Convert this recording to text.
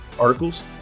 articles